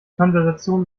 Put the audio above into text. konversation